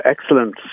excellent